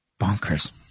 Bonkers